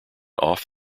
off